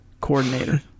coordinator